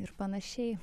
ir panašiai